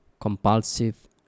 compulsive